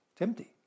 empty